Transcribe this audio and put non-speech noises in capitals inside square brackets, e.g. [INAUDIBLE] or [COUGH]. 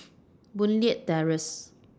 [NOISE] Boon Leat Terrace